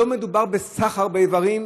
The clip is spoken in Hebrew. לא מדובר בסחר באיברים,